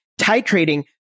titrating